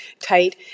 tight